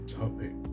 topic